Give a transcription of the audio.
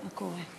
על קובלנץ,